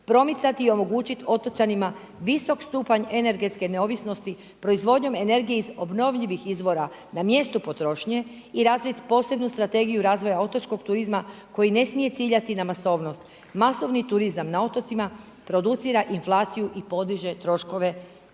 promicati i omogućiti otočanima visok stupanj energetske neovisnosti proizvodnjom energije iz obnovljivih izvora na mjestu potrošnje i razviti posebnu strategiju razvoja otočkog turizma koji ne smije ciljati na masovnost. Masovni turizam na otocima producira inflaciju i podiže troškove i